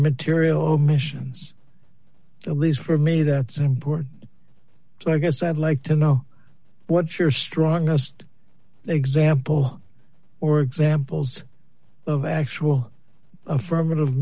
material omissions at least for me that's important so i guess i'd like to know what your strongest example or examples of actual affirmative